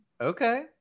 Okay